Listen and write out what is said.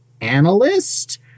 analyst